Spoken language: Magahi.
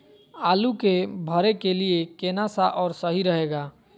आलू के भरे के लिए केन सा और सही रहेगा?